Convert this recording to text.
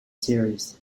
series